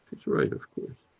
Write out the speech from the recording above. she's right, of course.